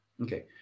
Okay